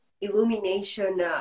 illumination